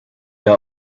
der